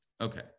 Okay